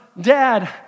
dad